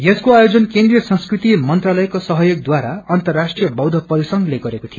यसको आयोजन केन्द्रिय संस्कृति मंत्रालयको सहयोगद्वारा अन्तराष्ट्रिय बौद्ध परिसंघले गरेको हो